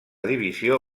divisió